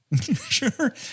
Sure